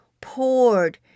poured